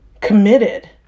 committed